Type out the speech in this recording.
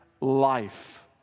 life